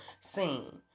seen